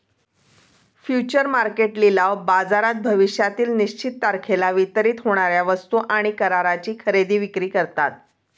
future market लिलाव बाजारात भविष्यातील निश्चित तारखेला वितरित होणार्या वस्तू आणि कराराची खरेदी विक्री करतात